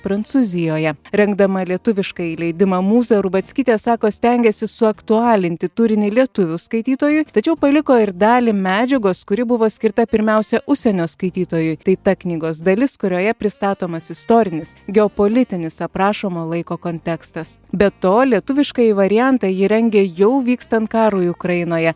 prancūzijoje rengdama lietuviškąjį leidimą mūza rubackytė sako stengėsi suaktualinti turinį lietuvių skaitytojui tačiau paliko ir dalį medžiagos kuri buvo skirta pirmiausia užsienio skaitytojui tai ta knygos dalis kurioje pristatomas istorinis geopolitinis aprašomo laiko kontekstas be to lietuviškąjį variantą ji rengia jau vykstant karui ukrainoje